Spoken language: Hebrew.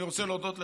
אני רוצה להודות לך,